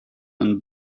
and